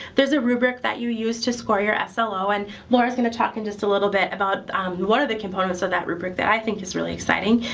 there's a rubric that you use to score your ah slo, and laura's going to talk in just a little bit about one of the components of that rubric that i think is really exciting.